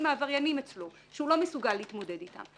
העבריינים אצלו שהוא לא מסוגל להתמודד איתם.